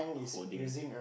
holding